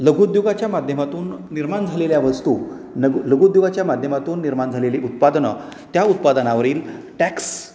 लघुद्योगाच्या माध्यमातून निर्माण झालेल्या वस्तू न लघुद्योगाच्या माध्यमातून निर्माण झालेली उत्पादनं त्या उत्पादनावरील टॅक्स